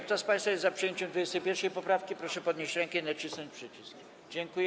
Kto z państwa jest za przyjęciem 21. poprawki, proszę podnieść rękę i nacisnąć przycisk.